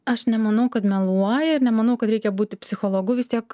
aš nemanau kad meluoja ir nemanau kad reikia būti psichologu vis tiek